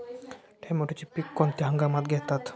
टोमॅटोचे पीक कोणत्या हंगामात घेतात?